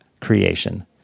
Creation